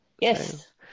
Yes